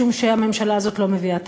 משום שהממשלה הזאת לא מביאה תקציב.